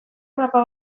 mapa